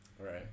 Right